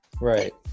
Right